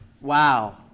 Wow